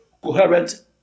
coherent